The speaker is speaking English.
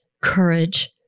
courage